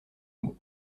mot